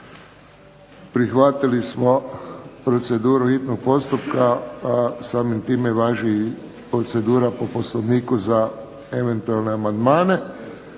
Prihvatili smo proceduru hitnog postupka, a samim time važi i procedura po Poslovniku za eventualne amandmane.